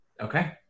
Okay